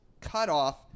cut-off